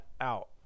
out